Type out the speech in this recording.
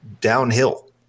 downhill